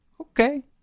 Okay